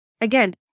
Again